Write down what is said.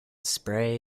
spray